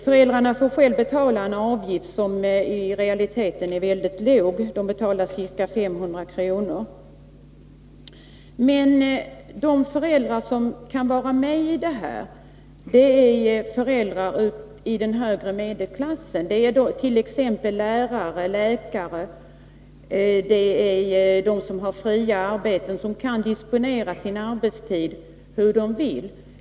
Föräldrarna får själva betala en avgift som i realiteten är mycket låg, ca 500 kr. Men de föräldrar som kan vara med i detta är föräldrar i den högre medelklassen, t.ex. lärare, läkare och personer som har fria arbeten och kan disponera sin arbetstid hur de vill.